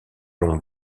longue